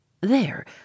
there